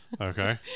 okay